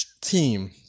team